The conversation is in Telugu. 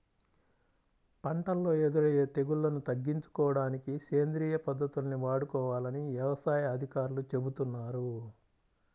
పంటల్లో ఎదురయ్యే తెగుల్లను తగ్గించుకోడానికి సేంద్రియ పద్దతుల్ని వాడుకోవాలని యవసాయ అధికారులు చెబుతున్నారు